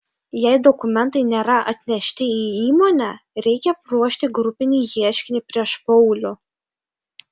jei dokumentai nėra atnešti į įmonę reikia ruošti grupinį ieškinį prieš paulių